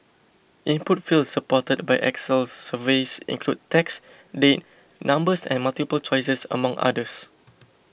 input fields supported by Excel surveys include text date numbers and multiple choices among others